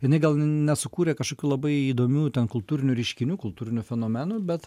jinai gal n nesukūrė kažkokių labai įdomių kultūrinių reiškinių kultūrinių fenomenų bet